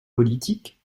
politiques